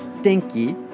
stinky